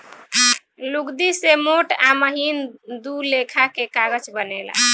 लुगदी से मोट आ महीन दू लेखा के कागज बनेला